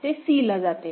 ते c ला जाते